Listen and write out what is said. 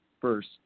first